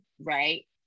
right